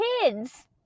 kids